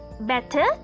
better